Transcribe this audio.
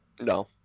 No